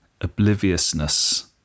obliviousness